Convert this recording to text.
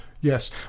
Yes